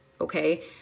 okay